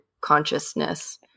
consciousness